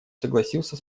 согласился